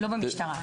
לא במשטרה.